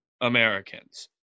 Americans